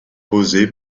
posée